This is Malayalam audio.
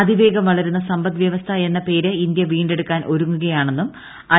അതിവേഗം വളരുന്ന സമ്പദ്വൃവസ്ഥ എന്ന പേര് ഇന്തൃ വീണ്ടെടുക്കാൻ ഒരുങ്ങുകയാണെന്നും ഐ